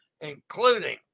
including